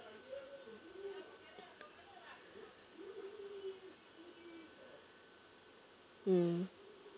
mm